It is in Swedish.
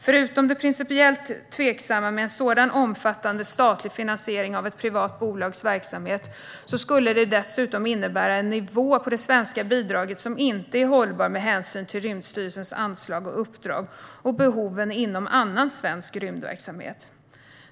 Förutom det principiellt tveksamma med en sådan omfattande statlig finansiering av ett privat bolags verksamhet skulle det dessutom innebära en nivå på det svenska bidraget som inte är hållbar med hänsyn till Rymdstyrelsens anslag och uppdrag och behoven inom annan svensk rymdverksamhet.